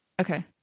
Okay